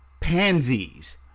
pansies